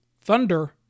Thunder